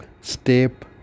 step